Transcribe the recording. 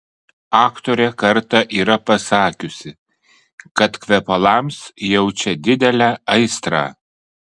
aktorė kartą yra pasakiusi kad kvepalams jaučia didelę aistrą